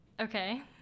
Okay